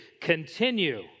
continue